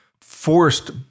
forced